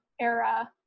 era